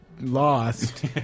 lost